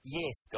yes